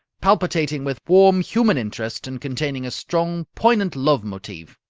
palpitating with warm human interest and containing a strong, poignant love-motive.